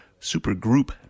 Supergroup